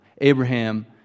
Abraham